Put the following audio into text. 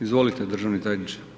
Izvolite, državni tajniče.